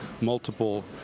multiple